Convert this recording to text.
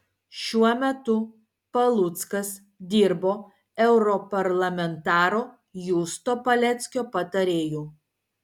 šiuo metu paluckas dirbo europarlamentaro justo paleckio patarėju